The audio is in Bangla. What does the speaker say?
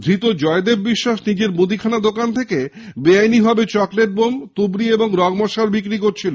ধৃত জয়দেব বিশ্বাস নিজের মুদিখানা দোকান থেকে বেআইনিভাবে চকলেট বোম তুবড়ি ও রংমশাল বিক্রি করছিল